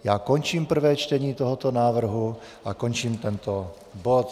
Já končím prvé čtení tohoto návrhu a končím tento bod.